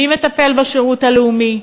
מי מטפל בשירות הלאומי,